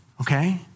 Okay